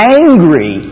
angry